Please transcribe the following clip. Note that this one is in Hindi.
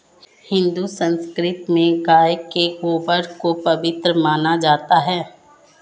हिंदू संस्कृति में गाय के गोबर को पवित्र माना जाता है